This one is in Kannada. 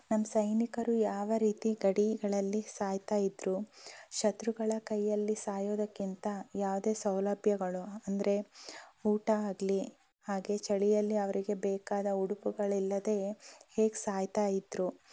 ನಮ್ಮ ಸೈನಿಕರು ಯಾವ ರೀತಿ ಗಡಿಗಳಲ್ಲಿ ಸಾಯ್ತಾ ಇದ್ದರು ಶತ್ರುಗಳ ಕೈಯಲ್ಲಿ ಸಾಯೋದಕ್ಕಿಂತ ಯಾವುದೇ ಸೌಲಭ್ಯಗಳು ಅಂದರೆ ಊಟ ಆಗಲಿ ಹಾಗೆ ಚಳಿಯಲ್ಲಿ ಅವರಿಗೆ ಬೇಕಾದ ಉಡುಪುಗಳಿಲ್ಲದೆ ಹೇಗೆ ಸಾಯ್ತಾ ಇದ್ದರು